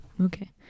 Okay